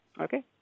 Okay